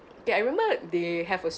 okay I remember they have a